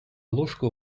ложка